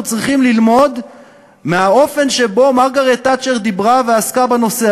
אנחנו צריכים ללמוד מהאופן שבו מרגרט תאצ'ר דיברה ועסקה בנושא